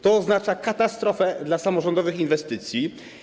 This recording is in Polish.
To oznacza katastrofę dla samorządowych inwestycji.